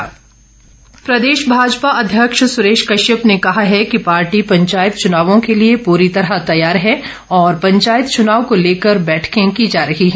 सुरेश कश्यप प्रदेश भाजपा अध्यक्ष सुरेश कश्यप ने कहा है कि पार्टी पंचायत चुनावों के लिए पूरी तरह तैयार है और पंचायत चुनाव को लेकर बैठके की जा रही है